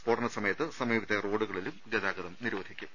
സ് ഫോടന സമയത്ത് സമീപത്തെ റോഡുകളിലും ഗതാഗതം നിരോധിക്കും